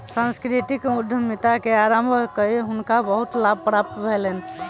सांस्कृतिक उद्यमिता के आरम्भ कय हुनका बहुत लाभ प्राप्त भेलैन